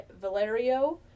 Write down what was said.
Valerio